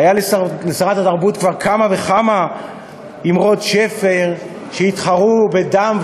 היו לשרת התרבות כבר כמה וכמה אמרות שפר שהתחרו ב"דם,